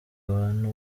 abantu